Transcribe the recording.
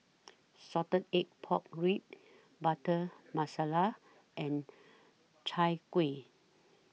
Salted Egg Pork Ribs Butter Masala and Chai Kuih